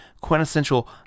quintessential